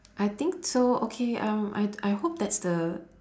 I think so okay um I I hope that's the